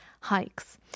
hikes